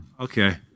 Okay